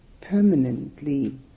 permanently